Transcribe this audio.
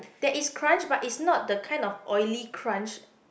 there is crunch but is not the kind of oily crunch